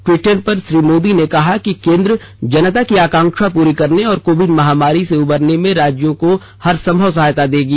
Twitter पर श्री मोदी ने कहा कि केन्द्र जनता की आकांक्षा पुरी करने और कोविड महामारी से उबरने में राज्य को हर संभव सहायता देगा